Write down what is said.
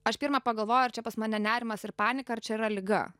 aš pirma pagalvoju ar čia pas mane nerimas ir panika ar čia yra liga